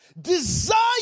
desire